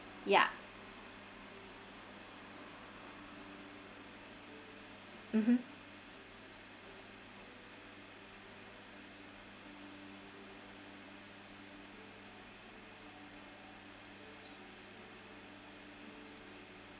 ya mmhmm